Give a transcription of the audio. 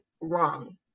wrong